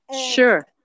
Sure